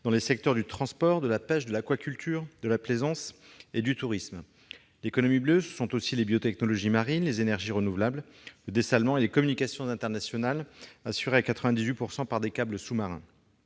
dans les secteurs du transport, de la pêche, de l'aquaculture, de la plaisance et du tourisme. L'économie bleue, ce sont aussi les biotechnologies marines, les énergies renouvelables, le dessalement et les communications internationales, assurées à 98 % par des câbles sous-marins.